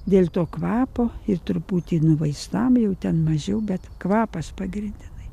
dėl to kvapo ir truputį vaistam jau ten mažiau bet kvapas pagrindinai